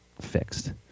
fixed